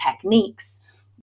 techniques